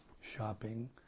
shopping